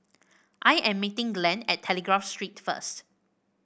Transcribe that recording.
I am meeting Glenn at Telegraph Street first